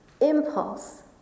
impulse